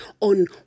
on